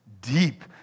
deep